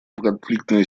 конфликтные